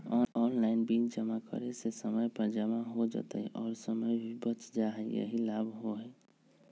Online bill जमा करे से समय पर जमा हो जतई और समय भी बच जाहई यही लाभ होहई?